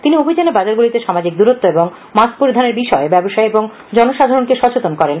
তিনি এদিন অভিযানে বাজারগুলিতে সামাজিক দূরত্ব এবং মাস্ক পরিধানের বিষয়ে ব্যবসায়ী ও জনসাধারণকে সচেতন করেন